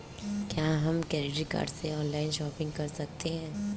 क्या हम credit card से ऑनलाइन शॉपिंग कर सकते हैं?